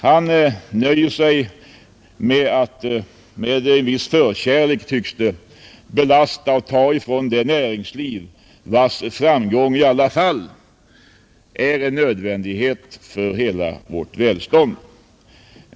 Han nöjer sig med att — med en viss förkärlek tycks det — belasta och ta ifrån det näringsliv vars framgång i alla fall är en nödvändighet för hela vårt välstånd.